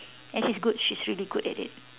and she's good she's really good at it